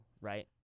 right